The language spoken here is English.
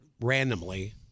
randomly